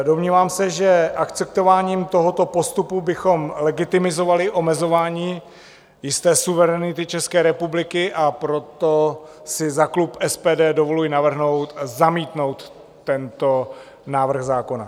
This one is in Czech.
Domnívám se, že akceptováním tohoto postupu bychom legitimizovali omezování jisté suverenity České republiky, a proto si za klub SPD dovoluji navrhnout zamítnout tento návrh zákona.